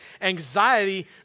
anxiety